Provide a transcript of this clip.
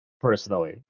personally